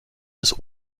des